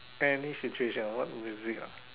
any situation ah what music ah